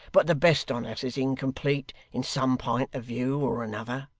but the best on us is incomplete in some pint of view or another